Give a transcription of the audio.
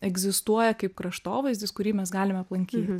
egzistuoja kaip kraštovaizdis kurį mes galime aplankyt